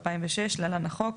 2006 (להלן - החוק),